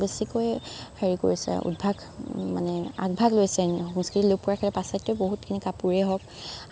বেছিকৈ হেৰি কৰিছে উদ্ভাস মানে আগভাগ লৈছে সংস্কৃতি লোপ কৰাৰ ক্ষেত্ৰত পাশ্চাত্যই বহুতখিনি কাপোৰেই হওক